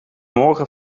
morgen